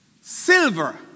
silver